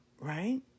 Right